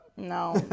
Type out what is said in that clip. No